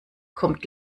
kommt